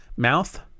Mouth